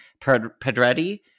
Pedretti